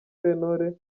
sentore